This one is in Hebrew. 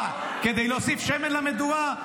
מה, כדי להוסיף שמן למדורה?